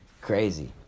Crazy